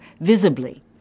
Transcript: visibly